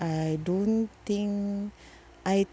I don't think I